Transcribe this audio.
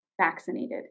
vaccinated